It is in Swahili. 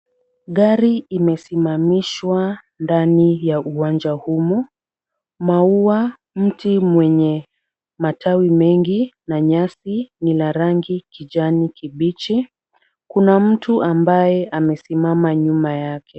Gari imesimamishwa ndani ya uwanja humu. Maua, mti mwenye matawi mengi na nyasi ni la rangi kijani kibichi. Kuna mtu ambaye amesimama nyuma yake.